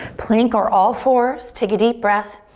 plank or all fours, take a deep breath.